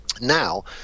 now